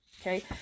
Okay